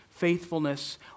faithfulness